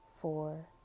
four